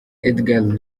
edgar